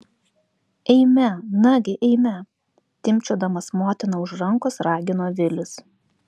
eime nagi eime timpčiodamas motiną už rankos ragino vilis